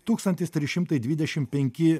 tūkstantis trys šimtai dvidešim penki